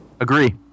Agree